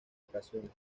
ocasiones